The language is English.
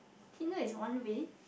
Tinder is one way